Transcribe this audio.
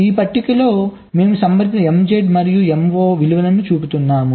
ఈ పట్టికలో మేము సంబంధిత MZ మరియు MO విలువలను చూపుతున్నాము